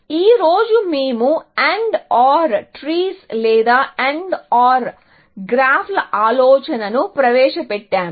ఈ రోజు మేము అండ్ OR ట్రీస్ లేదా AND OR గ్రాఫ్ల ఆలోచనను ప్రవేశపెట్టాము